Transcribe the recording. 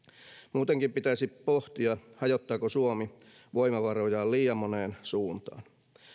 muutenkin pitäisi pohtia hajottaako suomi voimavarojaan liian moneen suuntaan